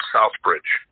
Southbridge